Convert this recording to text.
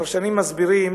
הפרשנים מסבירים